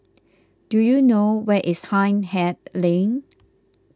do you know where is Hindhede Lane